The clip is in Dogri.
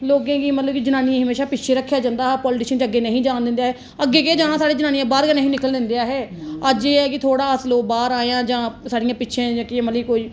लोकें गी मतलब जनानियें गी हमेशा पिच्छे रक्खेआ जंदा हा अग्गै नेईं है जान दिंदे अग्गै केह् जाना साढ़े जनानियां बाहर गै नेईं ही निकलन दिंदे ऐ है अज ऐ है कि थोडा अस लोक बाहर आए हा जां साढ़ियां पिच्छे जेहकी मतलब कि कोई